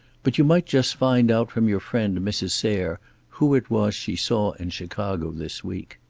but you might just find out from your friend mrs. sayre who it was she saw in chicago this week.